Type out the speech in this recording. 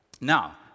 Now